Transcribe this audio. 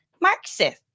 Marxist